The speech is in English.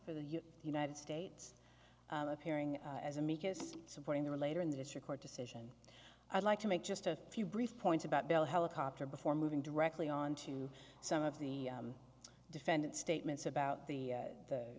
for the united states of hearing as amicus supporting their later in the district court decision i'd like to make just a few brief points about bell helicopter before moving directly on to some of the defendant's statements about the